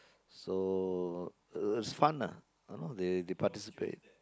so it's uh fun ah you know they participate